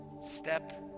step